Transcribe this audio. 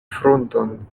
frunton